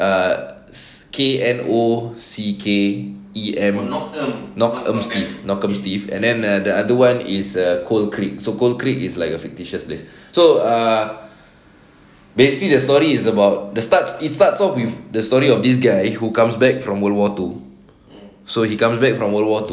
err K N O C K E M knockemstiff knockers steve and then the other one is a cold creak so cold creak is like a fictitious places so ah basically the story is about the starts it starts out with the story of this guy who comes back from world war two so he come back from world war two